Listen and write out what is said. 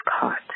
caught